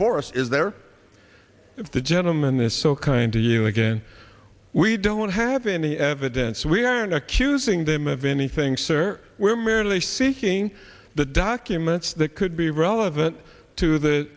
before us is there the gentleman this so kind to you again we don't have any evidence we aren't accusing them of anything sir we're merely seeking the documents that could be relevant to the